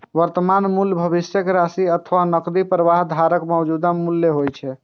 वर्तमान मूल्य भविष्यक राशि अथवा नकदी प्रवाहक धाराक मौजूदा मूल्य होइ छै